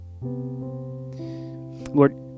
Lord